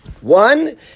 One